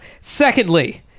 Secondly